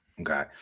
okay